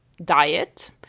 diet